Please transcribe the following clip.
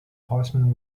horseman